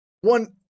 one